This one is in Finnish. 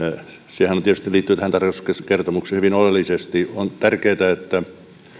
sehän tietysti liittyy tähän tarkastuskertomukseen hyvin oleellisesti on tärkeää että